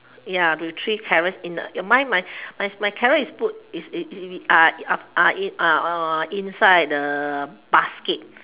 ya the three carrots in a mine my my carrot is put is is is are inside the basket